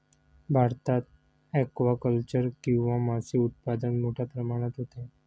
भारतात ॲक्वाकल्चर किंवा मासे उत्पादन मोठ्या प्रमाणात होते